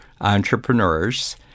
entrepreneurs